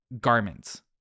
garments